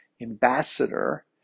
ambassador